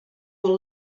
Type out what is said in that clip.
will